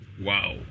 Wow